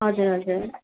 हजुर हजुर